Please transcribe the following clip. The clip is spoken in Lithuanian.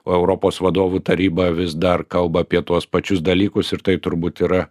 o europos vadovų taryba vis dar kalba apie tuos pačius dalykus ir tai turbūt yra